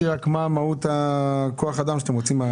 מהות כוח האדם שאתם רוצים.